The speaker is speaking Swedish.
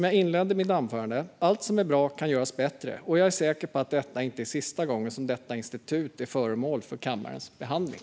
Jag inledde mitt anförande med att säga att allt som är bra kan göras bättre, och jag är säker på att detta inte är sista gången som detta institut är föremål för kammarens behandling.